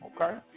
okay